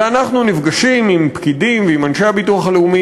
ואנחנו נפגשים עם פקידים ועם אנשי הביטוח הלאומי,